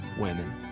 women